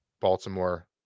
Baltimore